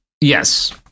Yes